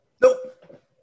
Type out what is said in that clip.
Nope